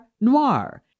Noir